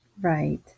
Right